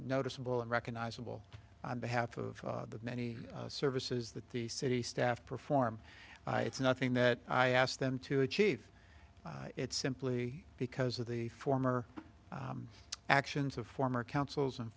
noticeable and recognizable on behalf of the many services that the city staff perform it's nothing that i asked them to achieve it's simply because of the former actions of former counsels and